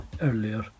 earlier